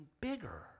bigger